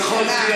לו יכולתי,